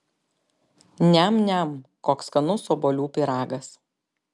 niam niam koks skanus obuolių pyragas